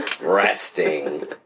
Resting